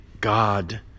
God